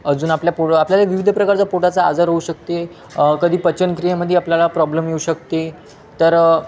अजून आपल्या पोडं आपल्याला विविध प्रकारचा पोटाचा आजार होऊ शकते कधी पचनक्रियेमध्ये आपल्याला प्रॉब्लेम येऊ शकते तर